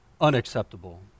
Unacceptable